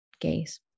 gays